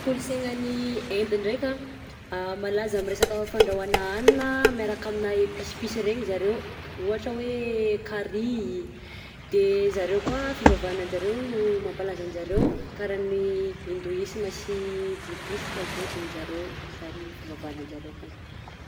Kolosaina any Inde ndraika ah, malaza amin'ny resaka fandrahoàna hagnina miaraka amina episipisy regny zareo, ohatra hoe carry, de zareo koa fivavahana anjareo no mampalaza anjareo, karaha ny indoisma sy bodista zao de zareo zany ny fivavahana anjareo akany.